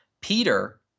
Peter